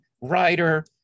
writer